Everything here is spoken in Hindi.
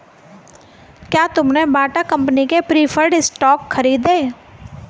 क्या तुमने बाटा कंपनी के प्रिफर्ड स्टॉक खरीदे?